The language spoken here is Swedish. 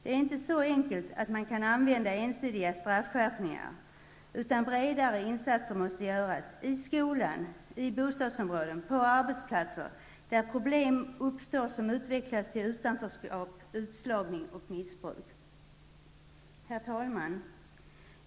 Det är inte så enkelt att man kan använda ensidiga straffskärpningar, utan insatser måste göras i skolan, i bostadsområden, på arbetsplatser där problem uppstår som utvecklas till utanförskap, utslagning och missbruk. Herr talman!